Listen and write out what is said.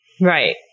Right